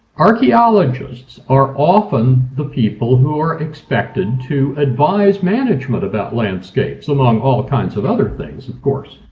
archeologists are often the people who are expected to advise management about landscapes, among all kinds of other things of course.